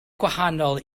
gwahanol